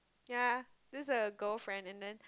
ya this is a girlfriend and then